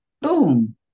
boom